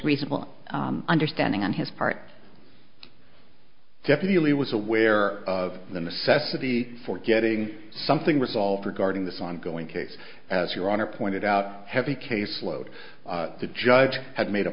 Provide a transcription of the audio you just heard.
reasonable understanding on his part definitely was aware of the necessity for getting something resolved regarding this ongoing case your honor pointed out heavy caseload the judge had made a